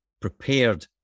prepared